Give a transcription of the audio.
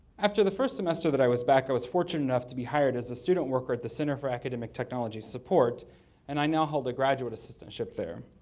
after the first semester that i was back, i was fortunate enough to be hired as a student worker at the center for academic technology support and i now hold a graduate assistantship there.